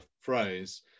phrase